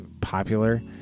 popular